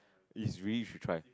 it's really you should try